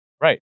Right